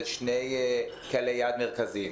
על שני קהלי יעד מרכזיים: